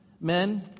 men